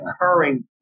occurring